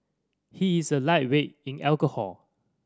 he is a lightweight in alcohol